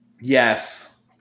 yes